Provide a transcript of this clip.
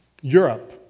Europe